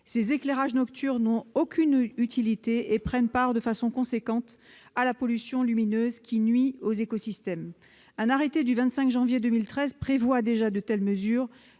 Les éclairages nocturnes n'ont aucune utilité et prennent part de façon substantielle à la pollution lumineuse qui nuit aux écosystèmes. Un arrêté du 25 janvier 2013 prévoit déjà de telles mesures,